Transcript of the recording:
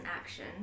action